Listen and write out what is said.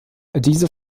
diese